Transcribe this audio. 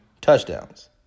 touchdowns